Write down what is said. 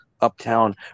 uptown